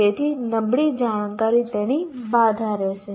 તેથી નબળી જાણકરી તેની બાધા રહેશે